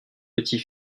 petit